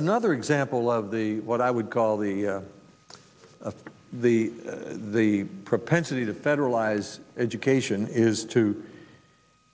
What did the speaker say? another example of the what i would call the of the the propensity to federalize education is to